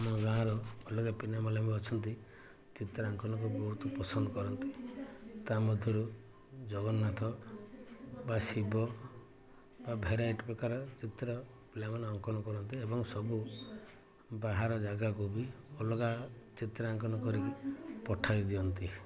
ଆମ ଗାଁର ଅଲଗା ପିଲାମାନେ ବି ଅଛନ୍ତି ଚିତ୍ରାଙ୍କନକୁ ବହୁତ ପସନ୍ଦ କରନ୍ତି ତା ମଧ୍ୟରୁ ଜଗନ୍ନାଥ ବା ଶିବ ବା ଭେରାଇଟ୍ ପ୍ରକାର ଚିତ୍ର ପିଲାମାନେ ଅଙ୍କନ କରନ୍ତି ଏବଂ ସବୁ ବାହାର ଜାଗାକୁ ବି ଅଲଗା ଚିତ୍ରାଙ୍କନ କରିକି ପଠାଇ ଦିଅନ୍ତି